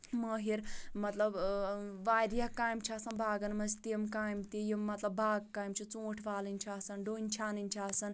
مٲہر مطلب اۭں واریاہ کامہِ چھِ آسان باغَن منٛز تِم کامہِ تہِ یِم مطلب باغہٕ کامہِ چھِ ژوٗنٛٹھۍ والٕنۍ چھِ آسان ڈوٚنۍ چھانٕنۍ چھِ آسان